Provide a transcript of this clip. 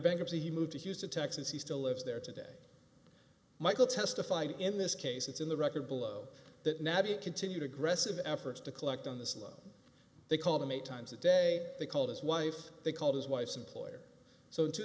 bankruptcy he moved to houston texas he still lives there today michael testified in this case it's in the record below that nabby continued aggressive efforts to collect on the sloan they call them eight times a day they called his wife they called his wife's employer so